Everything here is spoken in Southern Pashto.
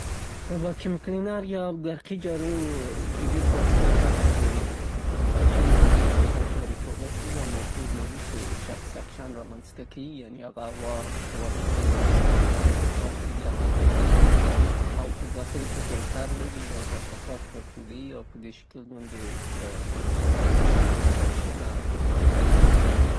واکیووم کلینر یا برقي جارو د کورونو د سطحو د کثافاتو او دوړو د لیرې کولو د پاره. داخل کې یو موتور لري، او هغه موتور هغه پکه یې په حرکت راولي، او فشار رامنځته کیی او هوا داخل ته ورننباسي او ددې پواسطه کثافات داخل ته ورننباسي او د فلتر نه تیریږي مخکې له دېنه څې کثافات بیرته خوسي سي، کثافات دننه پاتې کيږي.